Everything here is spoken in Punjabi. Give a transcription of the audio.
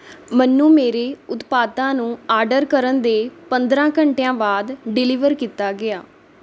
ਮੈਨੂੰ ਮੇਰੇ ਉਤਪਾਦਾਂ ਨੂੰ ਆਡਰ ਕਰਨ ਦੇ ਪੰਦਰਾਂ ਘੰਟਿਆਂ ਬਾਅਦ ਡਿਲੀਵਰ ਕੀਤਾ ਗਿਆ